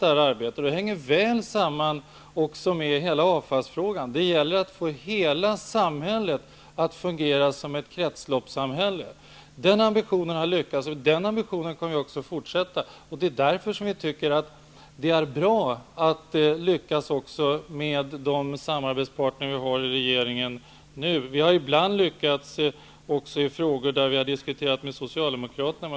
Det hänger väl samman med hela avfallsfrågan. Det gäller att få hela samhället att fungera som ett kretsloppssamhälle. Den ambitionen har lyckats. Den ambitionen kommer vi att ha i fortsättningen också. Därför tycker vi att det är bra att lyckas också med de samarbetspartner vi har i regeringen nu. Vi har ibland lyckats även i frågor där vi har diskuterat med Socialdemokraterna.